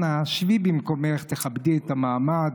אנא, שבי במקומך, תכבדי את המעמד.